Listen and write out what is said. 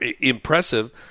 impressive